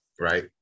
right